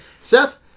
Seth